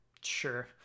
Sure